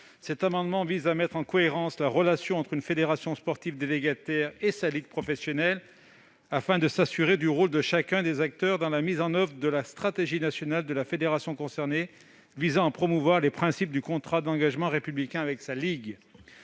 Il tend à mettre en cohérence la relation entre une fédération sportive délégataire et sa ligue professionnelle, afin de s'assurer du rôle de chacun des acteurs dans la mise en oeuvre de la stratégie nationale de la fédération concernée, visant à promouvoir les principes du contrat d'engagement républicain avec sa ligue.